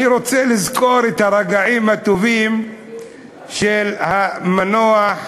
אני רוצה לזכור את הרגעים הטובים של המנוח,